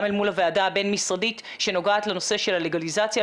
מול הוועדה הבין משרדית שנוגעת לנושא של הלגליזציה,